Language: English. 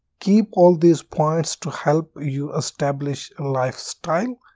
keep all these points to help you establish lifestyle.